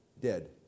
dead